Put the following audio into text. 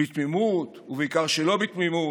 בתמימות, ובעיקר שלא בתמימות: